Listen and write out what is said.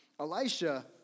Elisha